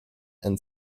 and